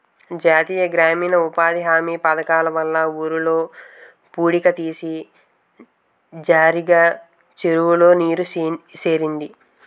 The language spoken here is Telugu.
జాతీయ గ్రామీణ ఉపాధి హామీ పధకము వల్ల ఊర్లో పూడిక తీత జరిగి చెరువులో నీరు సేరింది